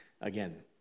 again